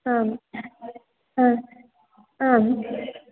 आम् हा आम्